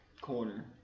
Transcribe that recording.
Corner